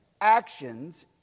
actions